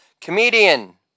comedian